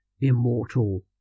immortal